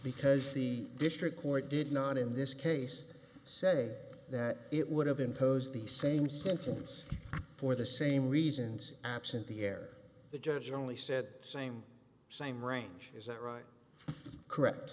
because the district court did not in this case say that it would have imposed the same sentence for the same reasons absent the air the judge only said same same range is that right correct